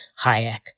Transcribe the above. Hayek